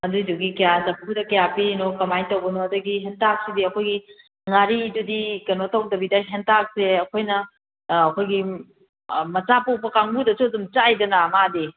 ꯑꯗꯨꯏꯗꯨꯒꯤ ꯀꯌꯥ ꯆꯐꯨꯗ ꯀꯌꯥ ꯄꯤꯔꯤꯅꯣ ꯀꯃꯥꯏꯅ ꯇꯧꯕꯅꯣ ꯑꯗꯒꯤ ꯍꯦꯟꯇꯥꯛꯁꯤꯗꯤ ꯑꯩꯈꯣꯏꯒꯤ ꯉꯥꯔꯤꯗꯗꯤ ꯀꯩꯅꯣ ꯇꯧꯗꯕꯤꯗ ꯍꯦꯟꯇꯥꯛꯁꯦ ꯑꯩꯈꯣꯏꯅ ꯑꯩꯈꯣꯏꯒꯤ ꯃꯆꯥ ꯄꯣꯛꯄ ꯀꯥꯡꯒꯨꯗꯁꯨ ꯑꯗꯨꯝ ꯆꯥꯏꯗꯅ ꯃꯥꯗꯤ